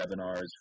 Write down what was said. webinars